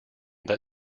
that